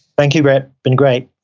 thank you, brett been great.